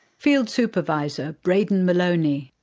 field supervisor, braydon moloney.